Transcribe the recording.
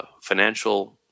financial